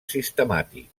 sistemàtic